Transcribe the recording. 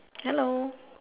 hello